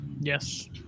Yes